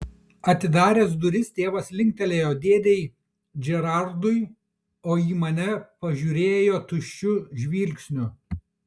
atidaręs duris tėvas linktelėjo dėdei džerardui o į mane pažiūrėjo tuščiu žvilgsniu